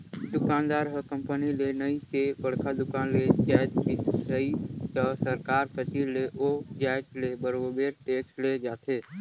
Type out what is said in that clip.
दुकानदार ह कंपनी ले नइ ते बड़का दुकान ले जाएत बिसइस त सरकार कती ले ओ जाएत ले बरोबेर टेक्स ले जाथे